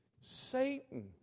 Satan